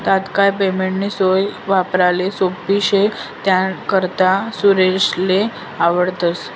तात्काय पेमेंटनी सोय वापराले सोप्पी शे त्यानाकरता सुरेशले आवडस